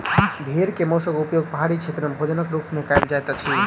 भेड़ के मौंसक उपयोग पहाड़ी क्षेत्र में भोजनक रूप में कयल जाइत अछि